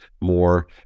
more